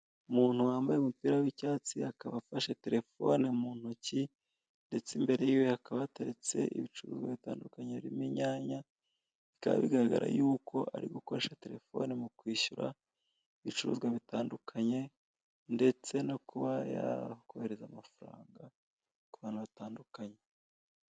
Umuntu wambaye umupira w'icyatsi akaba afashe telefoni mu ntoki, ndetse imbere yiwe hakaba hateretse ibicuruzwa bitandukanye harimo inyanya, bikaba bigaragara yuko ari gukoresha telefoni mu kwishyura ibicuruzwa bitandukanye, ndetse no kuba yakohereza amafaranga ku bantu batandukanye.